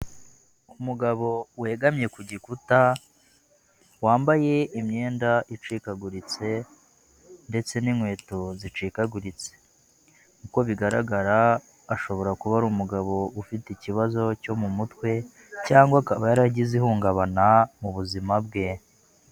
Umugabo wegamye ku gikuta wambaye imyenda icikaguritse ndetse n'inkweto zicikaguritse, uko bigaragara ashobora kuba ari umugabo ufite ikibazo cyo mu mutwe cyangwa akaba yaragize ihungabana mu buzima bwe.